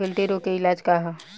गिल्टी रोग के इलाज का ह?